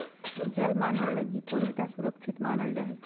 जल मानव लगी पूर्णतया सुरक्षित मानल जा हइ